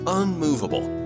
unmovable